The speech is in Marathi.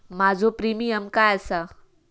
माझो प्रीमियम काय आसा?